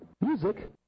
Music